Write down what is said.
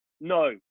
no